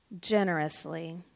generously